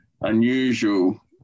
unusual